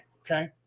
Okay